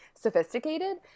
sophisticated